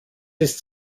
ist